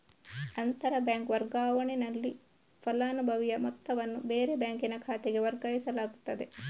ಅಂತರ ಬ್ಯಾಂಕ್ ವರ್ಗಾವಣೆನಲ್ಲಿ ಫಲಾನುಭವಿಯ ಮೊತ್ತವನ್ನ ಬೇರೆ ಬ್ಯಾಂಕಿನ ಖಾತೆಗೆ ವರ್ಗಾಯಿಸಲಾಗ್ತದೆ